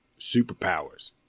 superpowers